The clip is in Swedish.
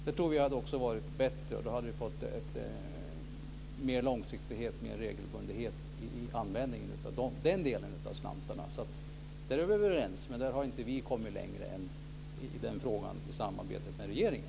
Det hade varit bättre. Då hade det blivit mer långsiktighet och regelbundenhet i användningen av den delen av slantarna. Där är vi överens. Men där har vi i Vänsterpartiet inte kommit längre i frågan i samarbetet med regeringen.